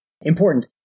important